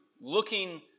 looking